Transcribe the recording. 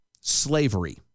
slavery